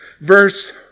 verse